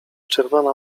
czerwona